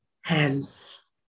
hands